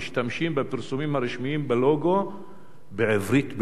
משתמשים בפרסומים הרשמיים בלוגו בעברית בלבד".